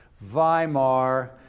Weimar